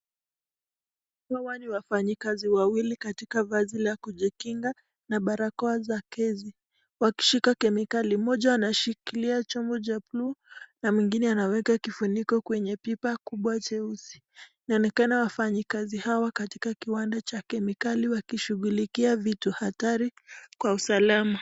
Hawa ni wafanyikazi wawili katika vazi la kujikinga na barakoa za gesi, wakishika kemikali. Mmoja anashikilia chombo cha bluu na mwingine anaweka kifuniko kwenye pipa kubwa jeusi. Inaonekana wafanyikazi hawa katika kiwanda cha kemikali wakishughulikia vitu hatari kwa usalama.